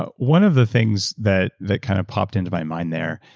but one of the things that that kind of popped into my mind there,